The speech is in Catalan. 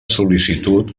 sol·licitud